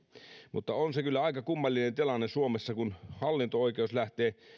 mutta on se kyllä aika kummallinen tilanne suomessa kun hallinto oikeus lähtee